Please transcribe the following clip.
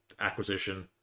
acquisition